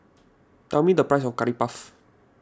tell me the price of Curry Puff